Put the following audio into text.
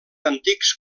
antics